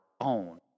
own